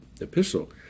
epistle